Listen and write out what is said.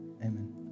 Amen